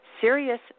Serious